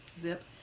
zip